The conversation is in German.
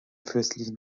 fürstlichen